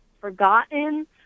forgotten